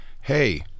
hey-